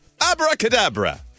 Abracadabra